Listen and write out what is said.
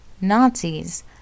nazis